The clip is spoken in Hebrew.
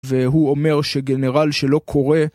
והוא אומר שגנרל שלא קורא